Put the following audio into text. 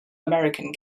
american